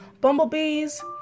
bumblebees